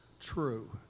true